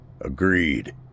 Agreed